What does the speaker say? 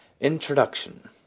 INTRODUCTION